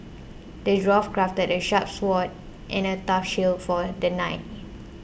the dwarf crafted a sharp sword and a tough shield for the knight